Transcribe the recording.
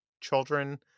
children